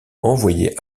envoyait